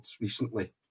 recently